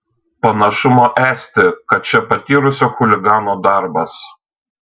panašumo esti kad čia patyrusio chuligano darbas